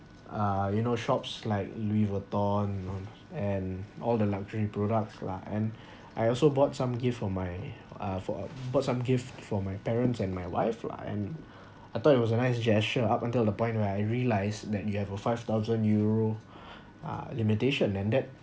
uh you know shops like Louis Vuitton and all the luxury products lah and I also bought some gift for my uh for uh bought some gifts for my parents and my wife lah and I thought it was a nice gesture up until the point when I realised that you have a five thousand euro uh limitation and that